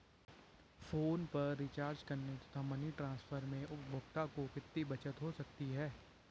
Phone पर recharge करने तथा मनी ट्रांसफर में उपभोक्ता को कितनी बचत हो सकती है?